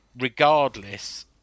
regardless